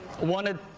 wanted